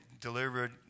delivered